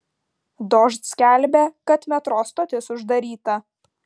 dožd skelbia kad metro stotis uždaryta